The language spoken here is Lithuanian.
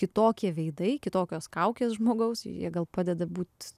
kitokie veidai kitokios kaukės žmogaus jie gal padeda būt